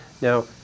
Now